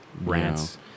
rants